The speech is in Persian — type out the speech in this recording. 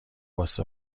واسه